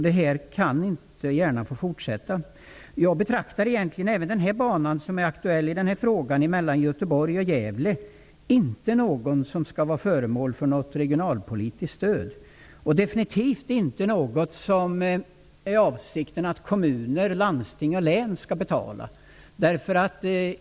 Det kan inte gärna få fortsätta. Jag betraktar även den bana som är aktuell i den här interpellationen, mellan Göteborg och Gävle, som en bana som inte skall vara föremål för något regionalpolitiskt stöd. Den är definitivt inte något som det är avsikten att kommuner, landsting och län skall betala.